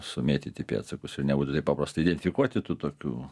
sumėtyti pėdsakus ir nebūtų taip paprasta identifikuoti tų tokių